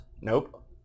Nope